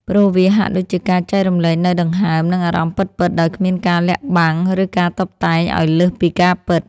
ព្រោះវាហាក់ដូចជាការចែករំលែកនូវដង្ហើម និងអារម្មណ៍ពិតៗដោយគ្មានការលាក់បាំង ឬការតុបតែងឱ្យលើសពីការពិត។